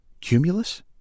Cumulus